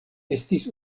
estis